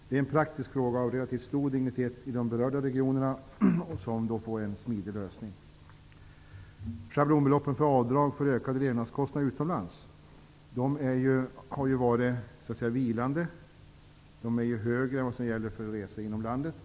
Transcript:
Det är en praktisk fråga av relativt stor dignitet i de berörda regionerna som nu får en smidig lösning. Schablonbeloppen för avdrag för ökade levnadskostnader utomlands har ju så att säga varit vilande. De är högre än vad som gäller för resor inom landet.